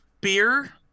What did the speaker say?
beer